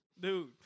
Dude